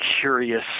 curious